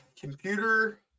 computer